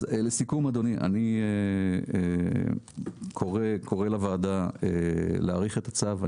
אז לסיכום אדוני, אני קורא לוועדה להאריך את הצו.